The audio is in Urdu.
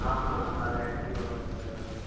ہاں ہاں ہر آئس کریم ہمارے پاس اویلیبل ہے